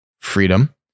freedom